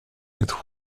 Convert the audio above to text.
mitt